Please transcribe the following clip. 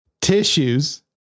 tissues